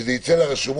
שזה יצא לרשומות,